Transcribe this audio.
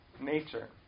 nature